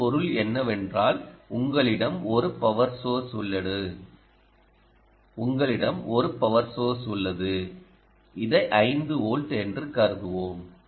இதன் பொருள் என்னவென்றால் உங்களிடம் ஒரு பவர் சோர்ஸ் உள்ளது உங்களிடம் ஒரு பவர் சோர்ஸ் உள்ளது இது 5 வோல்ட் என்று கருதுவோம்